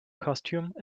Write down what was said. costume